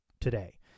today